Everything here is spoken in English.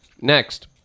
Next